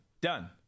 Done